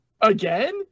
Again